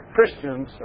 Christians